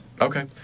Okay